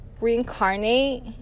reincarnate